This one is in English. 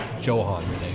Johan